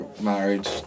marriage